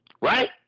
right